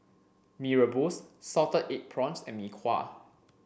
Mee Rebus Salted Egg Prawns and Mee Kuah